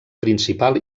principal